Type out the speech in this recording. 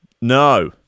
no